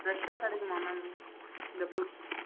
ஃப்ரெஷ்ஷாக கிடைக்குமா மேம் இந்த ஃப்ரூட்ஸ் எல்லாம்